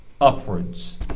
upwards